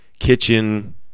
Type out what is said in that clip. Kitchen